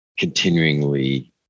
continuingly